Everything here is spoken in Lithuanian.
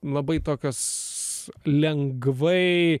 labai tokios lengvai